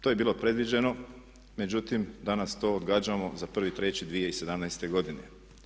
To je bilo predviđeno međutim danas to odgađamo za 1.3.2017.godine.